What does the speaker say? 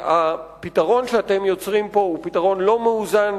שהפתרון שאתם יוצרים פה הוא פתרון לא מאוזן,